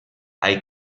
hay